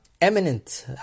eminent